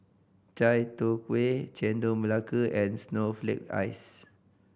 Chai Tow Kuay Chendol Melaka and snowflake ice